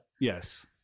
yes